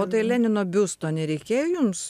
o tai lenino biusto nereikėjo jums